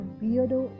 weirdo